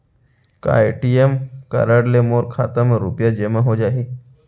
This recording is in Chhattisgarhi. का ए.टी.एम कारड ले मोर खाता म रुपिया जेमा हो जाही?